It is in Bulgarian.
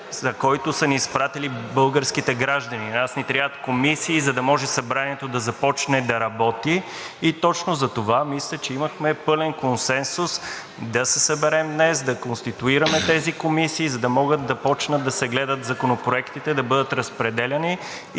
за който са ни изпратили българските граждани. На нас ни трябват комисии, за да може Събранието да започне да работи. И точно затова мисля, че имахме пълен консенсус да се съберем днес, да конституираме тези комисии, за да могат да започнат да се гледат законопроектите, да бъдат разпределяни